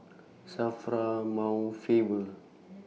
SAFRA Mount Faber